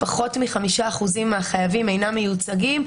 פחות מ-5 אחוזים מהחייבים אינם מיוצגים.